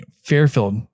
Fairfield